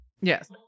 Yes